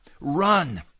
Run